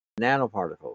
nanoparticles